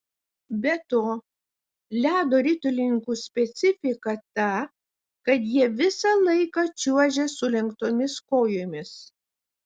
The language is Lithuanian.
be to ledo ritulininkų specifika ta kad jie visą laiką čiuožia sulenktomis kojomis